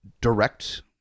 direct